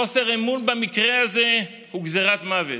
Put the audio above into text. חוסר אמון במקרה הזה הוא גזרת מוות.